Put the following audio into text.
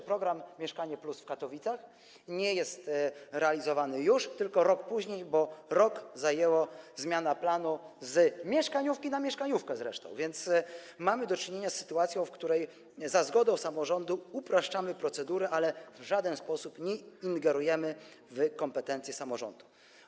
Np. program „Mieszkanie+” w Katowicach nie jest realizowany już, tylko rok później, bo rok zajęła zmiana planu, zresztą z mieszkaniówki na mieszkaniówkę, mamy więc do czynienia z sytuacją, w której za zgodą samorządu upraszczamy procedurę, ale w żaden sposób nie ingerujemy w kompetencje samorządu.